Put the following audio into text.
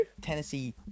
Tennessee